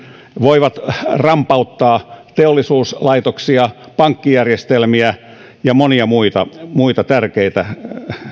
voivat rampauttaa teollisuuslaitoksia pankkijärjestelmiä ja monia muita muita